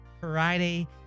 Friday